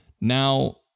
Now